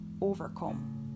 overcome